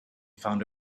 found